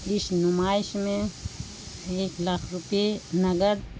اس نمائش میں ایک لاکھ روپے نگد